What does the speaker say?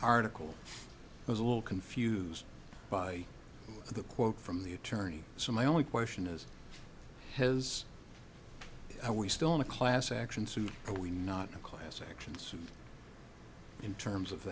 article was a little confused by the quote from the attorney so my only question is has i we still in a class action suit are we not class actions in terms of